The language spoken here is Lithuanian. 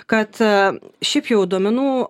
kad šiaip jau duomenų